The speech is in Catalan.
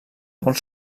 molt